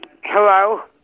hello